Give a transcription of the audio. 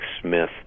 Smith